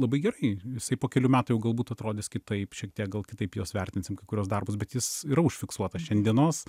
labai gerai jisai po kelių metų jau galbūt atrodys kitaip šiek tiek gal kitaip juos vertinsim kai kuriuos darbus bet jis yra užfiksuotas šiandienos